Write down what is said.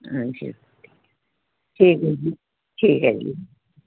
ਹਾਂਜੀ ਠੀਕ ਹੈ ਠੀਕ ਹੈ ਜੀ ਠੀਕ ਹੈ ਜੀ